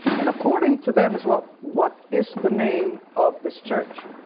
and according to them as well what is the name of this church?